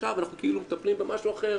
עכשיו אנחנו כאילו מטפלים במשהו אחר,